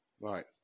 Right